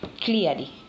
clearly